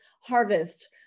harvest